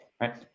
right